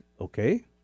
okay